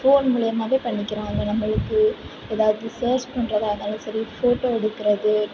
phone மூலியமாகவே பண்ணிக்கலாம் அது நம்மளுக்கு ஏதாவது சர்ச் பண்ணுறதா இருந்தாலும் சரி ஃபோட்டோ எடுக்கிறது